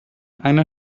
einer